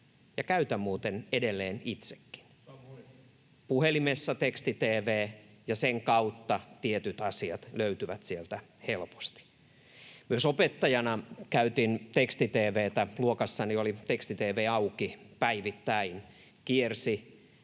käytän muuten edelleen itsekin. Puhelimella teksti-tv ja sen kautta tietyt asiat löytyvät helposti. Myös opettajana käytin teksti-tv:tä. Luokassani oli teksti-tv auki, päivittäin kiersi